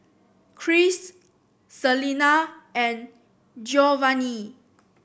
Christ Celena and Giovanny